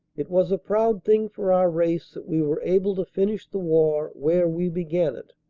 it was a proud thing for our race that we were able to finish the war where we began it,